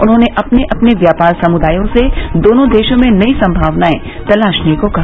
उन्होंने अपने अपने व्यापार समुदायों से दोनों देशों में नई संभावनायें तलाशने को कहा